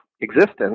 existence